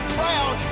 proud